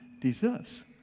Deserves